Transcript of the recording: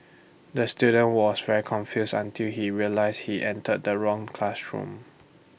the student was very confused until he realised he entered the wrong classroom